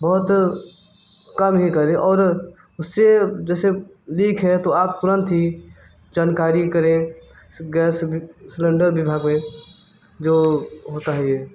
बहुत कम ही करें और उसे जैसे लीक है तो आप तुरंत ही जनकारी करें से गैस सिलेंडर विभाग में जो होता है यह